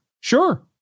Sure